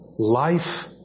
Life